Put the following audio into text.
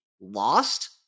lost